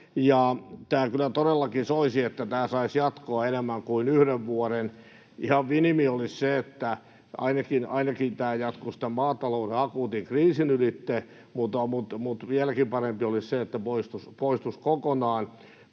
ja kyllä todellakin soisi, että tämä saisi jatkoa enemmän kuin yhden vuoden. Ihan minimi olisi se, että tämä jatkuisi ainakin tämän maatalouden akuutin kriisin ylitse, mutta vieläkin parempi olisi, että se poistuisi kokonaan,